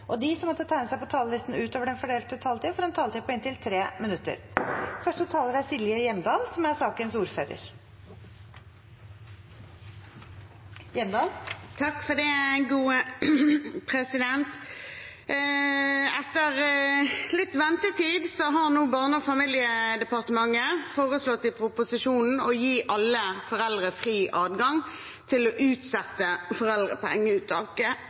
og de som måtte tegne seg på talerlisten utover den fordelte taletid, får også en taletid på inntil 3 minutter. Etter litt ventetid har Barne- og familiedepartementet foreslått i proposisjonen å gi alle foreldre fri adgang til å utsette foreldrepengeuttaket